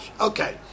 Okay